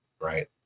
right